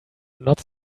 not